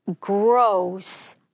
gross